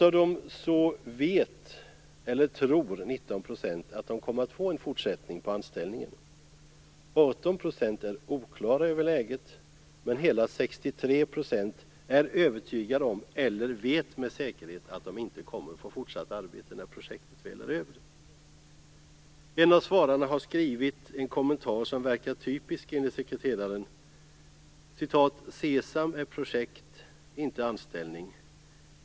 Av dem vet eller tror 19 % att de kommer att få en fortsättning på anställningen, 18 % är oklara över läget medan hela 63 % är övertygade om eller vet med säkerhet att de inte kommer att få fortsatt arbete när projektet väl är över. En av svararna har skrivit en kommentar som verkar typisk, enligt sekreteraren: "SESAM är projekt, inte anställning.